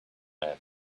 man